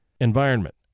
Environment